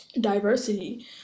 diversity